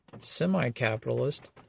semi-capitalist